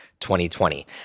2020